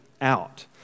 out